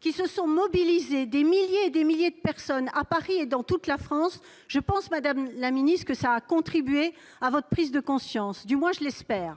qui se sont mobilisés- des milliers et des milliers de personnes -, à Paris et dans toute la France. Je pense, madame la ministre, que cela a contribué à votre prise de conscience. Du moins, je l'espère ...